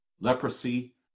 leprosy